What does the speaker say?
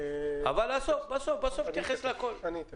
"סופר ng" לא מתחברים.